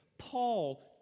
Paul